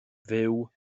fyw